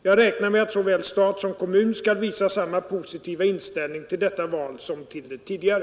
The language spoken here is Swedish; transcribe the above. Jag räknar med att såväl stat som kommun skall visa samma positiva inställning till detta val som till de tidigare.